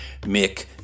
Mick